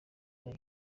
aya